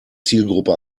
zielgruppe